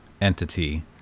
entity